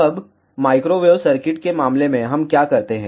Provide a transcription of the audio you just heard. अब microwave circuit के मामले में हम क्या करते हैं